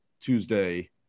Tuesday